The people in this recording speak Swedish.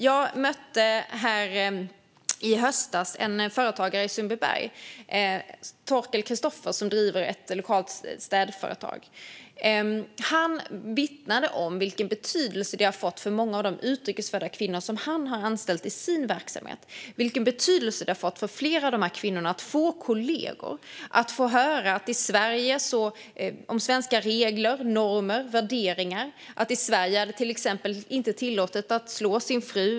Jag mötte i höstas en företagare i Sundbyberg, Torkel Kristoffers, som driver ett lokalt städföretag. Han vittnade om vilken betydelse det har fått för många av de utrikes födda kvinnor som han har anställt i sin verksamhet. Han talade om vilken betydelse det har fått för flera av de här kvinnorna att få kollegor och att få höra om svenska regler, normer och värderingar, till exempel att det i Sverige inte är tillåtet att slå sin fru.